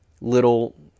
little